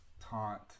Taunt